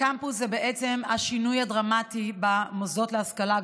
"קמפוס" זה בעצם השינוי הדרמטי במוסדות להשכלה הגבוהה.